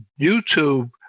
YouTube